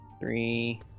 three